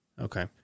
Okay